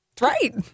Right